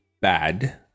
bad